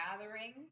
gathering